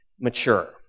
mature